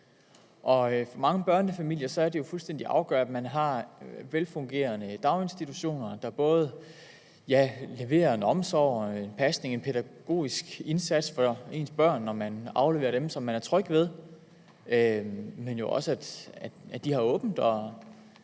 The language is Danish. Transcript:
For mange børnefamilier er det fuldstændig afgørende, at man har velfungerende daginstitutioner, der både leverer omsorg, pasning og en pædagogisk indsats for ens børn, så man er tryg ved at aflevere dem, men jo også, at